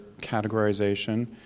categorization